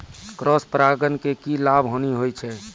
Cross परागण के की लाभ, हानि होय छै?